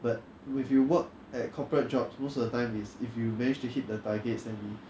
but if you work at corporate jobs most of the time is if you manage to hit the targets that 你